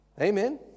Amen